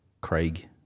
Craig